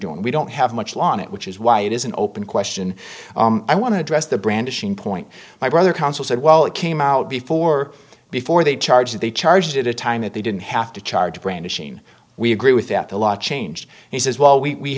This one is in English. doing we don't have on it which is why it is an open question i want to address the brandishing point my brother council said well it came out before before they charge they charged it a time that they didn't have to charge brandishing we agree with that the law changed he says well we